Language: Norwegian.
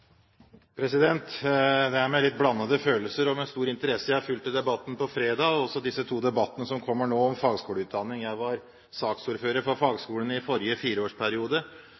med litt blandede følelser og med stor interesse jeg fulgte debatten på fredag, og også disse to debattene i dag om fagskoleutdanning. Jeg var saksordfører for fagskolene i forrige fireårsperiode,